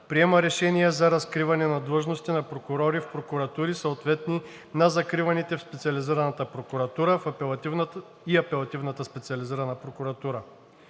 приема решение за разкриване на длъжности на прокурори в прокуратури, съответни на закриваните в Специализираната прокуратура и Апелативната специализирана прокуратура.